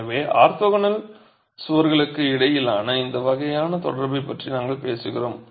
எனவே ஆர்த்தோகனல் சுவர்களுக்கு இடையிலான இந்த வகையான தொடர்பைப் பற்றி நாங்கள் பேசுகிறோம்